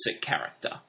character